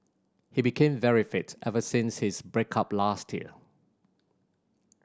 he became very fit ever since his break up last year